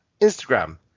instagram